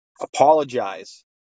Apologize